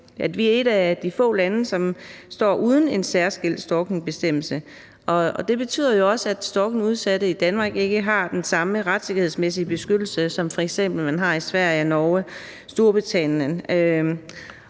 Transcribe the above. er et af de få lande, som står uden en særskilt stalkingbestemmelse, og det betyder jo også, at stalkingudsatte i Danmark ikke har den samme retssikkerhedsmæssige beskyttelse, som man f.eks. har i Sverige og Norge og Storbritannien.